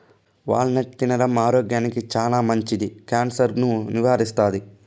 wall నట్ తినడం ఆరోగ్యానికి చానా మంచిది, క్యాన్సర్ ను నివారిస్తాది